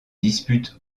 disputent